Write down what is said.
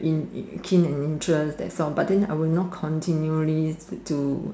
keen and interest that's all but then I will not continually do